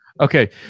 okay